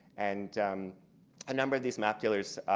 and a number of these map dealers